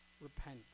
repent